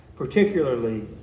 Particularly